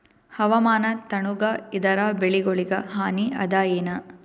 ಹವಾಮಾನ ತಣುಗ ಇದರ ಬೆಳೆಗೊಳಿಗ ಹಾನಿ ಅದಾಯೇನ?